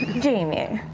jamie.